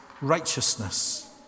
righteousness